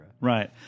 right